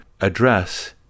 address